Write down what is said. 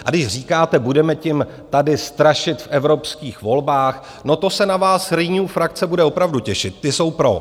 A když říkáte, budeme tím tady strašit v evropských volbách no to se na vás Renew frakce bude opravdu těšit, ti jsou pro.